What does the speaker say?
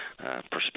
Perspective